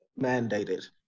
mandated